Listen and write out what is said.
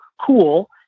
cool